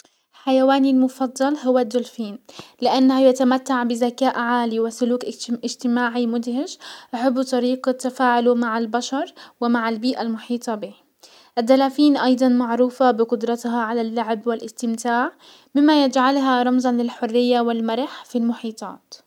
حيواني المفضل هو الدولفين، لانه يتمتع بزكاء عالي وسلوك اجتماعي مدهش. احب طريقة تفاعله مع البشر ومع البيئة المحيطة به. الدلافين ايضا معروفة بقدرتها على اللعب والاستمتاع مما يجعلها رمزا والمرح في المحيطات.